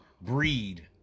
Breed